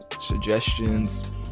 suggestions